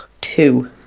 two